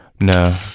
No